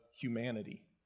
humanity